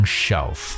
shelf